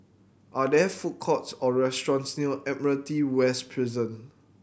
are there food courts or restaurants near Admiralty West Prison